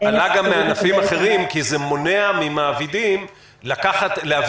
זה עלה גם מענפים אחרים כי זה מונע ממעבידים להביא